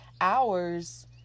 hours